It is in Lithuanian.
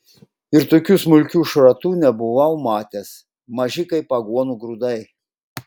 ir tokių smulkių šratų nebuvau matęs maži kaip aguonų grūdai